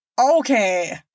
Okay